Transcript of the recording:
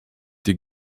die